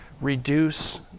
reduce